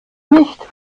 nicht